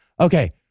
okay